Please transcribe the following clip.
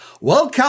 Welcome